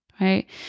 right